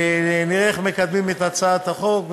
נראה איך מקדמים את הצעת החוק,